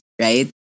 right